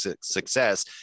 success